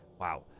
Wow